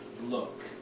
look